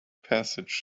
passage